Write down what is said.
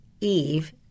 Eve